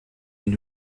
une